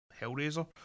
Hellraiser